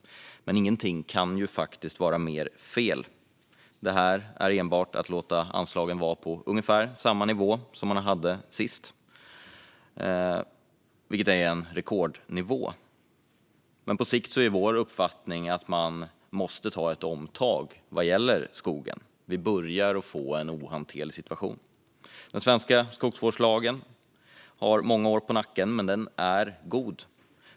Men ingenting kan vara mer fel. Det handlar enbart om att låta anslagen vara på ungefär samma nivå som senast, vilket är en rekordnivå. Vår uppfattning är att man på sikt måste ta ett omtag vad gäller skogen. Vi börjar få en ohanterlig situation. Den svenska skogsvårdslagen har många år på nacken, men den är god.